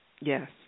yes